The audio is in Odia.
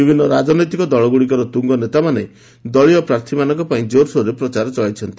ବିଭିନ୍ନ ରାଜନୈତିକ ଦଳଗ୍ରଡ଼ିକର ତୁଙ୍ଗନେତାମାନେ ଦଳୀୟ ପ୍ରାର୍ଥୀମାନଙ୍କ ପାଇଁ ଜୋର୍ସୋରରେ ପ୍ରଚାର ଚଳାଇଛନ୍ତି